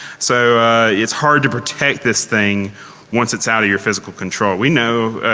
so it's hard to protect this thing once it's out of your physical control. we know,